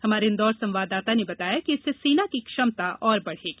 हमारे इंदौर संवाददाता ने बताया कि इससे सेना की क्षमता और बढ़ेगी